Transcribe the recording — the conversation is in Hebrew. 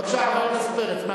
בבקשה, חבר הכנסת פרץ.